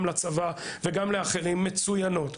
גם לצבא וגם לאחרים יש יחידות סייבר מצוינות.